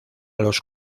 los